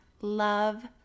Love